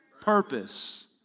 purpose